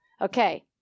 Okay